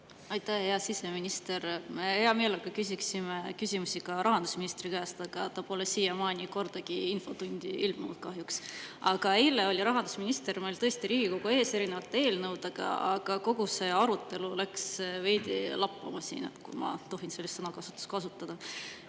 Aitäh! Hea siseminister! Hea meelega küsiksime küsimusi ka rahandusministri käest, aga ta pole siiamaani kordagi infotundi ilmunud kahjuks. Eile oli rahandusminister meil tõesti Riigikogu ees erinevate eelnõudega, aga kogu see arutelu läks veidi lappama, kui ma tohin sellist sõna kasutada.